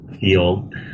field